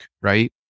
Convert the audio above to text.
right